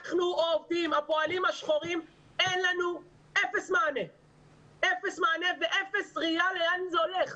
אנחנו הפועלים השחורים ויש לנו אפס מענה ואפס ראייה לאן זה הולך.